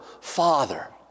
Father